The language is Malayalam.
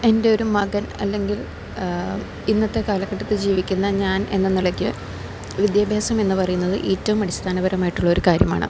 എൻ്റെ ഒരു മകൻ അല്ലെങ്കിൽ ഇന്നത്തെ കാലഘട്ടത്തില് ജീവിക്കുന്ന ഞാൻ എന്ന നിലയ്ക്കു വിദ്യാഭ്യാസം എന്നു പറയുന്നത് ഏറ്റവും അടിസ്ഥാനപരമായിട്ടുള്ള ഒരു കാര്യമാണ്